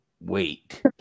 wait